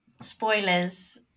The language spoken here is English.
spoilers